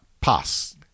pass